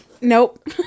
Nope